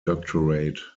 doctorate